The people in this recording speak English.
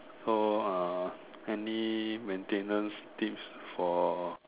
so uh any maintenance tips for